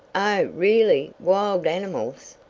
oh, really, wild animals?